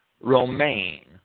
Romaine